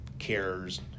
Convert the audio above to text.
cares